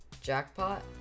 Jackpot